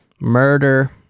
murder